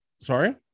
sorry